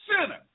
sinner